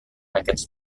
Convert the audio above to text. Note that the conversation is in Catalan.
aquests